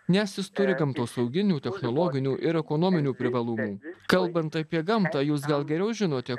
nes jis turi gamtosauginių technologinių ir ekonominių privalumų kalbant apie gamtą jūs gal geriau žinote